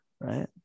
right